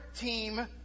team